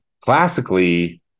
classically